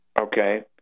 okay